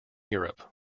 europe